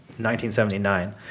1979